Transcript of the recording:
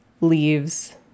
leaves